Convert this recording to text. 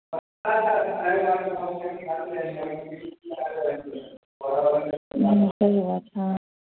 सही बात हाँ